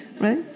Right